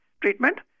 treatment